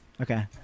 okay